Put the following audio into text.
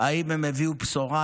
האם הם הביאו בשורה?